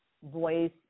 voice